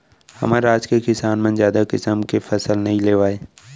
हमर राज के किसान मन जादा किसम के फसल नइ लेवय